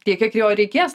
tiek kiek jo reikės